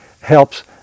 helps